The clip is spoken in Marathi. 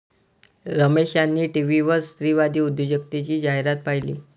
रमेश यांनी टीव्हीवर स्त्रीवादी उद्योजकतेची जाहिरात पाहिली